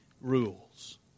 rules